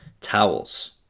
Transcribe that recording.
towels